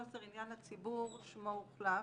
חוסר עניין לציבור שמו הוחלף,